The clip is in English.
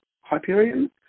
Hyperion